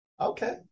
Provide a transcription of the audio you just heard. Okay